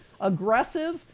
aggressive